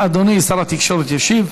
אדוני שר התקשורת ישיב.